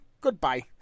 Goodbye